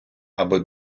аби